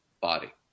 body